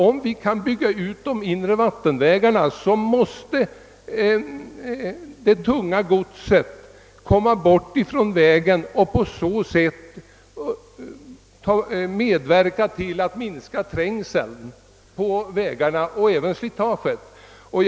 Om vi bygger ut de inre vattenvägarna skulle det tunga godset försvinna från landsvägarna och på så sätt medverka till en minskning av trängseln och slitaget där.